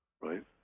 Right